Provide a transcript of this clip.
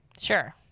Sure